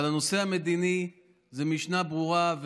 אבל הנושא המדיני זה משנה ברורה,